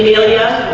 helia